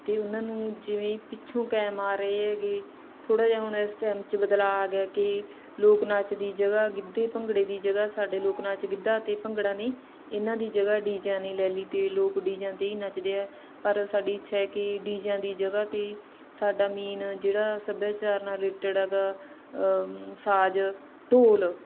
ਅਤੇ ਉਹਨਾਂ ਨੂੰ ਜਿਵੇਂ ਪਿੱਛੋਂ ਕੈਮਾ ਰੇ ਹੈਗੇ ਥੋੜ੍ਹਾ ਜਿਹਾ ਹੁਣ ਇਸ ਟਾਈਮ 'ਚ ਬਦਲਾਅ ਆ ਗਿਆ ਕਿ ਲੋਕ ਨਾਚ ਦੀ ਜਗ੍ਹਾ ਗਿੱਧੇ ਭੰਗੜੇ ਦੀ ਜਗ੍ਹਾ ਸਾਡੇ ਲੋਕ ਨਾਚ ਗਿੱਧਾ ਅਤੇ ਭੰਗੜਾ ਨਹੀਂ ਇਹਨਾਂ ਦੀ ਜਗ੍ਹਾ ਡੀਜਿਆ ਨੇ ਲੈ ਲਈ ਅਤੇ ਲੋਕ ਡੀਜਿਆ 'ਤੇ ਹੀ ਨੱਚਦੇ ਹੈ ਪਰ ਸਾਡੀ ਇੱਛਾ ਹੈ ਕਿ ਡੀਜਿਆਂ ਦੀ ਜਗ੍ਹਾ 'ਤੇ ਸਾਡਾ ਮੇਨ ਜਿਹੜਾ ਸੱਭਿਆਚਾਰ ਨਾਲ ਰਿਲੇਟਡ ਹੈਗਾ ਸਾਜ ਢੋਲ